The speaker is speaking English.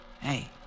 Hey